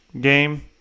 game